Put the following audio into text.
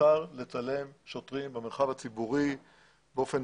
מותר לצלם שוטרים במרחב הציבורי באופן